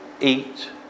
eat